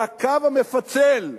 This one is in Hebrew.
והקו המפצל,